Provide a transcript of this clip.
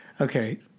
Okay